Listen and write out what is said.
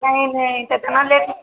नहीं नहीं तो इतना लेट